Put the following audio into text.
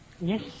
Yes